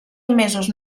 emesos